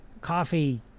coffee